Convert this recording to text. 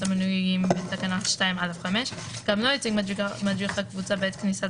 המנויים בתקנה 2(א5) גם לא הציג מדריך הקבוצה בעת כניסת